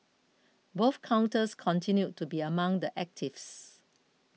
both counters continued to be among the actives